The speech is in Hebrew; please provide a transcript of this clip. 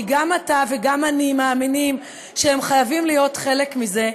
כי גם אתה וגם אני מאמינים שהם חייבים להיות חלק מזה,